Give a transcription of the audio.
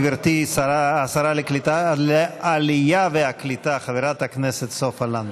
גברתי שרת העלייה והקליטה חברת הכנסת סופה לנדבר.